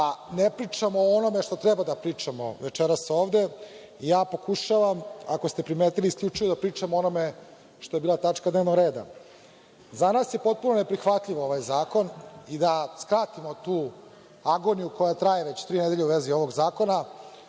ne pričamo o onome što treba da pričamo večeras ovde. Ja pokušavam, ako ste primetili, isključivo da pričamo o onome što je bila tačka dnevnog reda.Za nas je potpuno neprihvatljiv ovaj zakon. Da skratimo tu agoniju koja traje već tri nedelje u vezi ovog zakona,